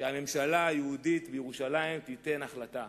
שהממשלה היהודית בירושלים תיתן החלטה.